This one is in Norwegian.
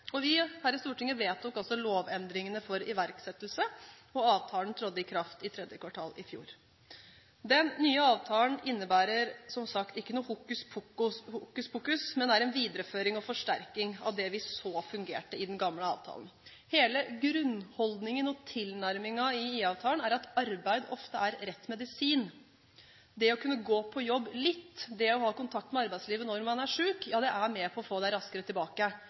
Vi her i Stortinget vedtok også lovendringene for iverksettelse, og avtalen trådte i kraft i tredje kvartal i fjor. Den nye avtalen innebærer som sagt ikke noe hokuspokus, men er en videreføring og forsterking av det vi så fungerte i den gamle avtalen. Hele grunnholdningen og tilnærmingen i IA-avtalen er at arbeid ofte er rett medisin. Det å kunne gå på jobb litt, det å kunne ha kontakt med arbeidslivet når man er syk er med på å få deg raskere tilbake.